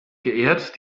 geehrt